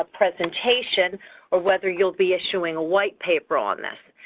ah presentation or whether you'll be issuing a white paper on this,